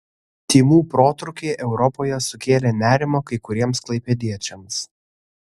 tymų protrūkiai europoje sukėlė nerimą kai kuriems klaipėdiečiams